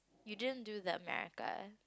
you didn't do the America